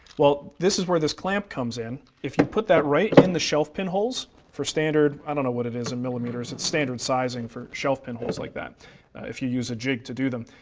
well, this is where this clamp comes in. if you put that right in the shelf pin holes, for standard, i don't know what it is in millimeters, it's standard sizing for shelf pin holes like that if you use a jig to do them.